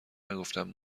نگفتن